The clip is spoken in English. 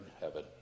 heaven